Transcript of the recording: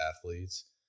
athletes